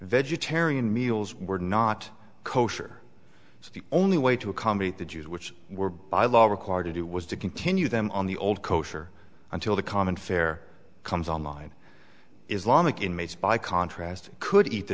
vegetarian meals were not kosher so the only way to accommodate the jews which were by law required to do was to continue them on the old kosher until the common fare comes online islamic inmates by contrast could eat